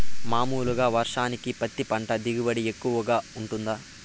మామూలుగా వర్షానికి పత్తి పంట దిగుబడి ఎక్కువగా గా వుంటుందా?